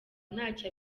ntacyo